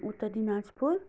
Uttar Dinajpur